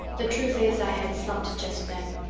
the truth is i had slumped just then.